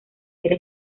era